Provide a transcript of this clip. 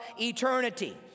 eternity